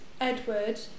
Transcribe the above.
Edward